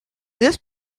this